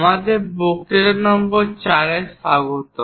আমাদের বক্তৃতা নম্বর 4 এ স্বাগতম